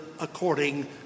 according